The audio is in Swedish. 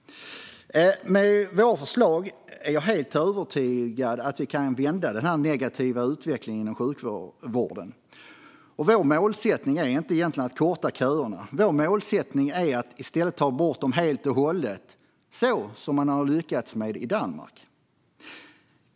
Med våra förslag är jag helt övertygad om att vi skulle kunna vända den negativa utvecklingen inom sjukvården. Vår målsättning är egentligen inte att korta köerna, utan vår målsättning är att få bort dem helt och hållet, vilket man har lyckats med i Danmark.